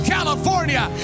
California